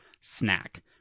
snack